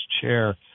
chair